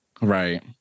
Right